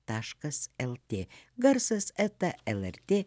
taškas lt garsas eta lrt